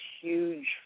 huge